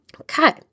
Okay